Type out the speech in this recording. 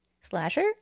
slasher